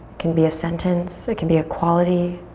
can be a sentence, it can be a quality.